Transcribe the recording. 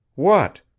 what?